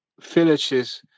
villages